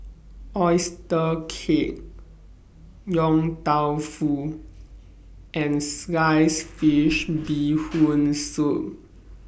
Oyster Cake Yong Tau Foo and Sliced Fish Bee Hoon Soup